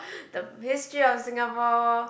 the history of Singapore